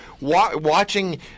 watching